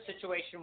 situation